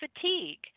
fatigue